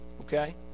okay